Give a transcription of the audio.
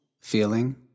feeling